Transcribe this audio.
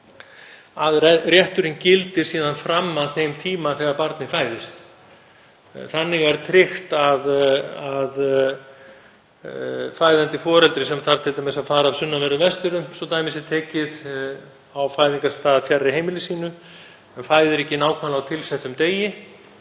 að rétturinn gildi síðan fram að þeim tíma þegar barnið fæðist. Þannig er tryggt að fæðandi foreldri, sem þarf t.d. að fara af sunnanverðum Vestfjörðum á fæðingarstað fjarri heimili sínu en fæðir ekki nákvæmlega á tilsettum degi,